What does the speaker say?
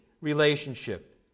relationship